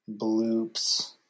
Bloops